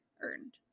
earned